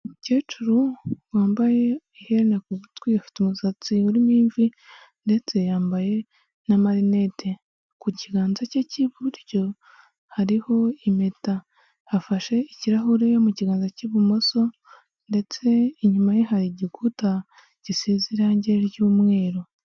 Umukecuru wambaye iherena ku gutwi, afite umusatsi urimo imvi ndetse yambaye n'amarinete, ku kiganza cye cy'iburyo hariho impeta, afashe ikirahure mu kiganza cy'ibumoso ndetse inyuma ye hari igikuta gisize irangi ry'umweru.